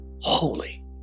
holy